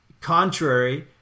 contrary